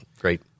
Great